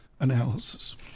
analysis